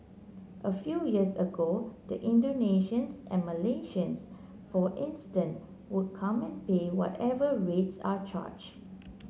a few years ago the Indonesians and Malaysians for instance would come and pay whatever rates are charged